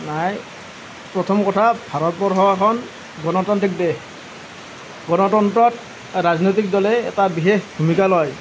নাই প্ৰথম কথা ভাৰতবৰ্ষ এখন গণতান্ত্ৰিক দেশ গণতন্ত্ৰত ৰাজনৈতিক দলে এটা বিশেষ ভূমিকা লয়